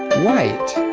white